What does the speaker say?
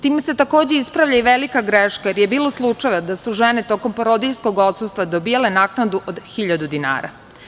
Time se takođe ispravlja i velika greška, jer je bilo slučajeva da su žene tokom porodiljskog odsustva dobijale naknadu od 1.000 dinara.